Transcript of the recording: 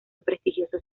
prestigiosos